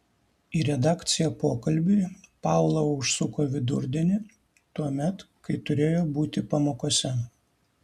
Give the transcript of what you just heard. į redakciją pokalbiui paula užsuko vidurdienį tuomet kai turėjo būti pamokose